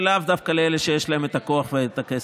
ולאו דווקא לאלה שיש להם את הכוח והכסף.